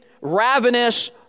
ravenous